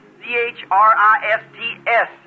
C-H-R-I-S-T-S